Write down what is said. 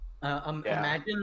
Imagine